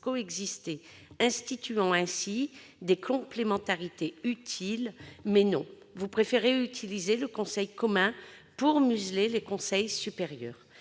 coexister, instituant ainsi des complémentarités utiles. Mais non ! On choisit d'utiliser le Conseil commun pour museler les conseils supérieurs